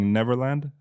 Neverland